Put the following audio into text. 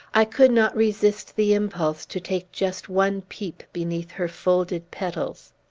i could not resist the impulse to take just one peep beneath her folded petals.